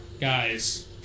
Guys